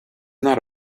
not